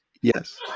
Yes